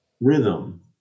rhythm